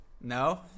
No